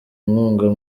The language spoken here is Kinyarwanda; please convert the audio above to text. inkunga